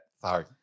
Sorry